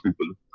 people